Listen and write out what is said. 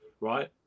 right